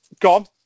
Gone